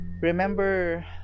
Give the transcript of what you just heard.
remember